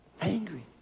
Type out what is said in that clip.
Angry